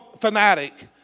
fanatic